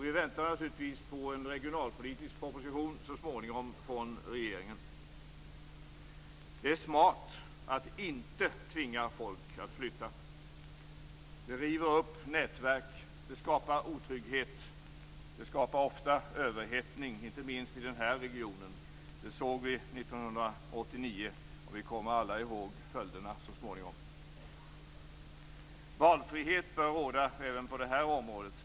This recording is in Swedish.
Vi väntar naturligtvis på en regionalpolitisk proposition så småningom från regeringen. Det är smart att inte tvinga folk att flytta. Det river upp nätverk och skapar otrygghet. Det skapar ofta överhettning, inte minst i den här regionen. Det såg vi 1989, och vi kommer alla ihåg följderna så småningom. Valfrihet bör råda även på det här området.